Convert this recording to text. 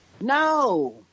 No